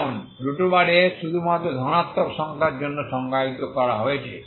কারণ a শুধুমাত্র ধনাত্মক সংখ্যার জন্য সংজ্ঞায়িত করা হয়েছে